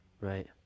Right